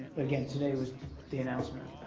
again, today was the announcement.